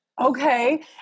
Okay